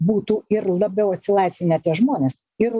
būtų ir labiau atsilaisvinę tie žmonės ir